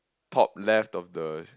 top left of the